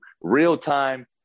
real-time